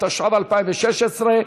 התשע"ו 2016,